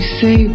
say